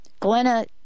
Glenna